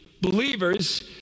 Believers